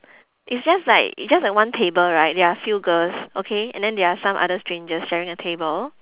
it's just like it's just like one table right there are a few girls okay and then there are some other strangers sharing the table